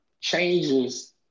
changes